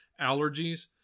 allergies